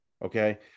Okay